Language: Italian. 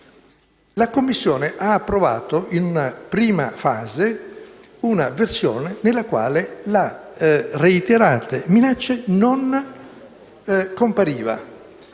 La Commissione ha approvato in una prima fase una versione nella quale l'espressione «reiterate violenze» non compariva.